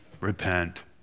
Repent